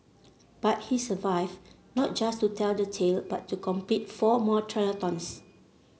but he survived not just to tell the tale but to complete four more triathlons